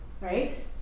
right